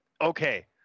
Okay